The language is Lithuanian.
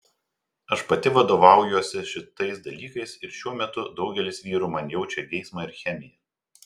aš pati vadovaujuosi šitais dalykais ir šiuo metu daugelis vyrų man jaučia geismą ir chemiją